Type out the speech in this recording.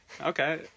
okay